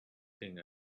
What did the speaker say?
thing